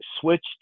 switched